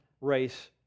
race